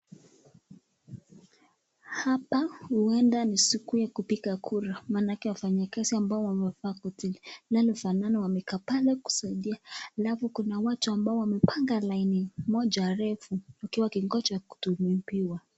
Hapa huenda ni siku ya kupiga kura manake wafanyikazi ambao wamekaa chini, maana wamekaa pale kusaidia kuna watu ambayo wameoanga laini, moja refu wakingoja kuhudumiwa.